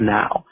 now